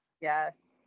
Yes